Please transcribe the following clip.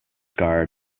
guard